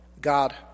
God